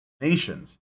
nations